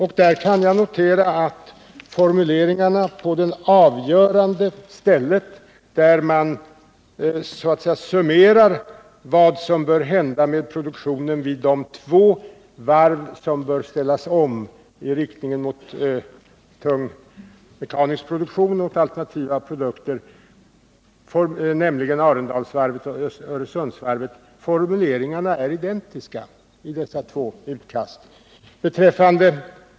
Jag kan notera att på det avgörande stället, där man så att säga summerar vad som bör hända med produktionen vid de två varv som bör ställas om i riktning mot tung mekanisk produktion och alternativa produkter, nämligen Arendalsvarvet och Öresundsvarvet, är formuleringarna identiska.